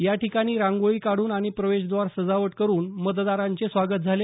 याठिकाणी रांगोळी काढून आणि प्रवेशद्वार सजावट करून मतदारांचे स्वागत झाले